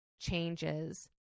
changes